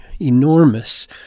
enormous